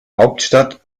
hauptstadt